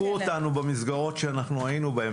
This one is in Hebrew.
כך חינכו אותנו במסגרות שאנחנו היינו בהן.